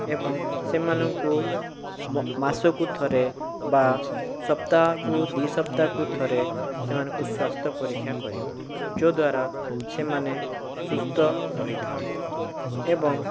ଏବଂ ସେମାନଙ୍କୁ ମାସକୁ ଥରେ ବା ସପ୍ତାହକୁ ଦୁଇ ସପ୍ତାହକୁ ଥରେ ସେମାନଙ୍କୁ ସ୍ୱାସ୍ଥ୍ୟ ପରୀକ୍ଷା କରିବା ଯଦ୍ୱାରା ସେମାନେ ସୁସ୍ଥ ରହିଥାନ୍ତି ଏବଂ